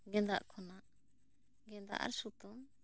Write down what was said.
ᱜᱮᱸᱫᱟᱜ ᱠᱷᱚᱱᱟᱜ ᱜᱮᱸᱫᱟ ᱟᱨ ᱥᱩᱛᱟᱹᱢ